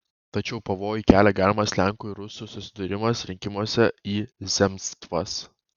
tačiau pavojų kelia galimas lenkų ir rusų susidūrimas rinkimuose į zemstvas